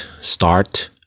start